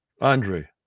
Andre